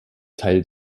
teil